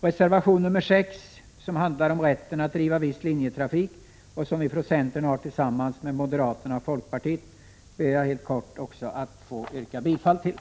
Reservation 6 handlar om rätten att driva viss linjetrafik och har skrivits av centern tillsammans med moderaterna och folkpartiet, och jag ber att få yrka bifall också till den reservationen.